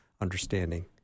understanding